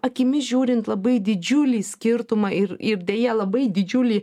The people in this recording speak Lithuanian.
akimis žiūrint labai didžiulį skirtumą ir ir deja labai didžiulį